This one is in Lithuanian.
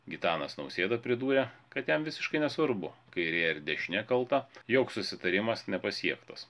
gitanas nausėda pridūrė kad jam visiškai nesvarbu kairė ir dešinė kalta jog susitarimas nepasiektas